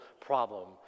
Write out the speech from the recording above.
problem